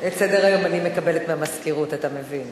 את סדר-היום אני מקבלת מהמזכירות, אתה מבין.